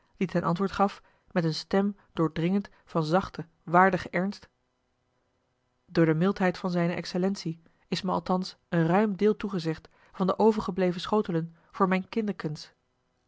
die ten antwoord gaf met eene stem doordringend van zachten waardigen ernst door de mildheid van zijne excellentie is me althans een a l g bosboom-toussaint de delftsche wonderdokter eel ruim deel toegezegd van de overgebleven schotelen voor mijne kinderkens